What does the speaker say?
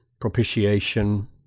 propitiation